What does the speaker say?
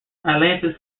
atlantis